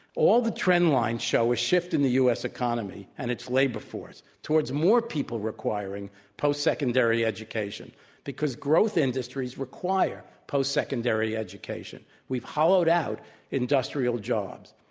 all the trend lines show a shift in the u. s. economy and its labor force towards more people requiring post secondary education because growth industries require post secondary education. we've hollowed out industrial jobs.